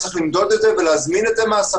יש למדוד את זה ולהזמין את זה מספק.